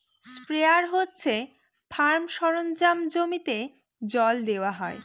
sprayer হচ্ছে farm সরঞ্জাম জমিতে জল দেওয়া হয়